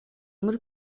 kuri